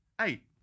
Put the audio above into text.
Eight